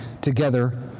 together